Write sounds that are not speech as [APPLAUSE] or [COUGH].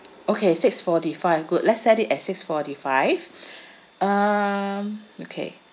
okay six forty five good let's set it at six forty five [BREATH] um okay